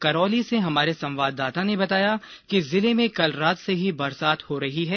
करौली से हमारे संवाददाता ने बताया कि जिले में कल रात से ही बरसात हो रही है